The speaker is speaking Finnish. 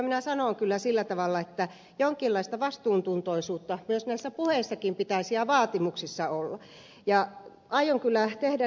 minä sanon kyllä sillä tavalla että jonkinlaista vastuuntuntoisuutta myös näissä puheissa ja vaatimuksissa pitää olla